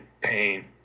pain